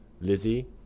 Lizzie